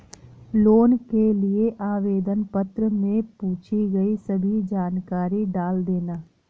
loan के लिए आवेदन पत्र में पूछी गई सभी जानकारी डाल देना